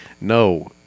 No